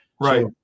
Right